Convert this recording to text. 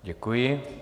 Děkuji.